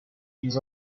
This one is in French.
ils